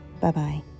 bye-bye